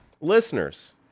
Listeners